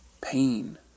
Pain